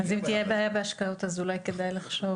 אז אם תהיה בעיה בהשקעות אז אולי כדאי לחשוב